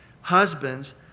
Husbands